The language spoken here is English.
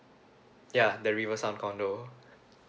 ya the river sound condo